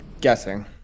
guessing